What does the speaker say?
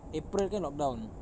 april kan lockdown